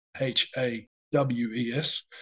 H-A-W-E-S